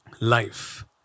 life